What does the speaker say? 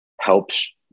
helps